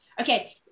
okay